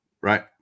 Right